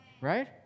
Right